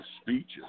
speeches